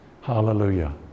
hallelujah